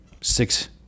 six